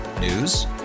News